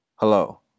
Hello